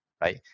right